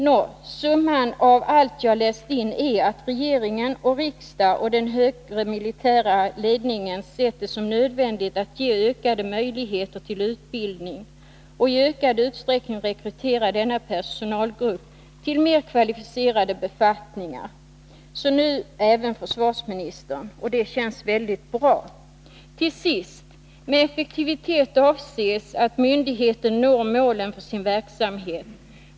Nå, summan av allt detta är att regering, riksdag och den högre militära ledningen sett det som nödvändigt att ge civil personal ökade möjligheter till utbildning och att i ökad utsträckning rekrytera denna personalgrupp till mera kvalificerade befattningar. Så nu även försvarsministern. Det känns bra. Till sist: Med effektivitet avses att myndigheten når målen för sin verksamhet.